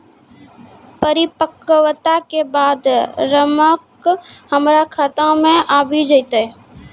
परिपक्वता के बाद रकम हमरा खाता मे आबी जेतै?